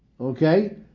Okay